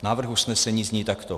Návrh usnesení zní takto: